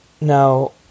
Now